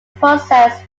process